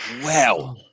Wow